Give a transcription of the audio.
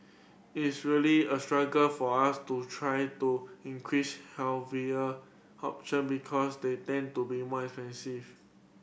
it's really a struggle for us to try to increase healthier option because they tend to be more expensive